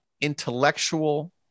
intellectual